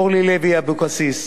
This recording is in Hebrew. אורלי לוי אבקסיס,